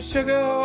Sugar